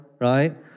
right